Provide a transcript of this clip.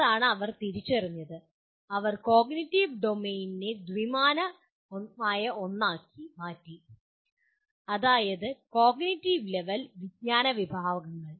അതാണ് അവർ തിരിച്ചറിഞ്ഞത് അവർ കോഗ്നിറ്റീവ് ഡൊമെയ്നെ ദ്വിമാന ഒന്നാക്കി മാറ്റി അതായത് കോഗ്നിറ്റീവ് ലെവൽ വിജ്ഞാന വിഭാഗങ്ങൾ